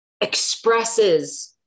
expresses